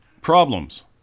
Problems